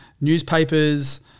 newspapers